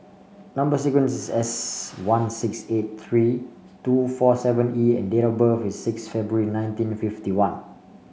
number sequence is S one six eight three two four seven E and date of birth is six February nineteen fifty one